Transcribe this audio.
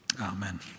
Amen